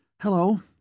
Hello